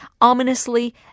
ominously